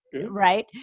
Right